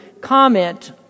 comment